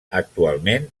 actualment